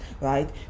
right